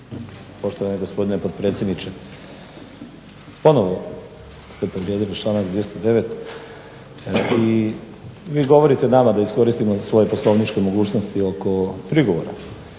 Poštovani gospodine potpredsjedniče. Ponovno se povrijedili članak 209. i vi govorite nama da iskoristimo svoje poslovničke mogućnosti oko prigovora.